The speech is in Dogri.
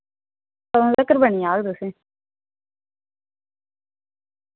कदूं तकर बनी जाह्ग तुसें